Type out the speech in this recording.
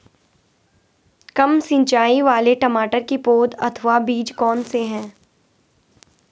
कम सिंचाई वाले टमाटर की पौध अथवा बीज कौन से हैं?